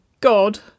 God